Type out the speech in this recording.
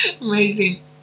amazing